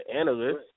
analyst